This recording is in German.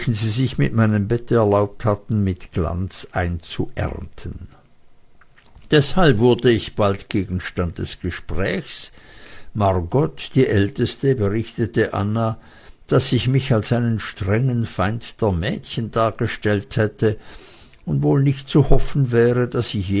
sie sich mit meinem bette erlaubt hatten mit glanz einzuernten deshalb wurde ich bald der gegenstand des gespräches margot die älteste berichtete anna daß ich mich als einen strengen feind der mädchen dargestellt hätte und wohl nicht zu hoffen wäre daß ich